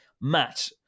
Matt